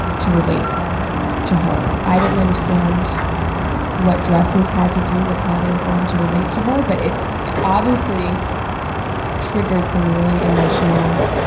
to relate to her. i didn't understand what dresses had to do with how they were going to relate to her, but it obviously triggered some really emotional